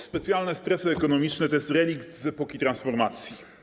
Specjalne strefy ekonomiczne to jest relikt z epoki transformacji.